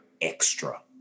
extra